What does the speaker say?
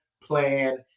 plan